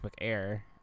air